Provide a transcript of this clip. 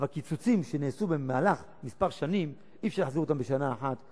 אבל קיצוצים שנעשו במהלך כמה שנים אי-אפשר להחזיר בשנה אחת,